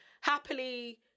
Happily